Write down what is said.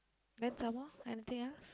then some more anything else